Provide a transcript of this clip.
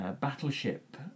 battleship